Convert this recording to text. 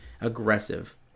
aggressive